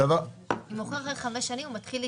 הוא מוכר אחרי חמש שנים, הוא מתחיל להיספר.